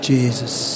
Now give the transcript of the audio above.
Jesus